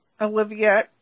Olivia